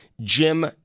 Jim